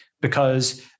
because-